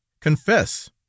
confess